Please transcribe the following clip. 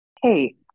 hey